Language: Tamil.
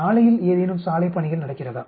சாலையில் ஏதேனும் சாலை பணிகள் நடக்கிறதா